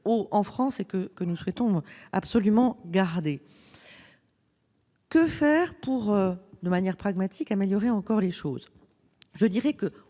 en France, que nous souhaitons absolument garder. Que faire pour, de manière pragmatique, améliorer encore les choses ?